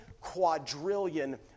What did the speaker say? quadrillion